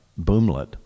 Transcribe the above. boomlet